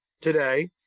today